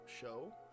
show